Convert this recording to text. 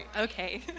okay